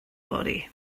fory